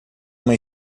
uma